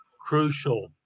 crucial